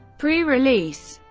pre-release